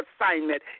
assignment